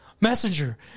Messenger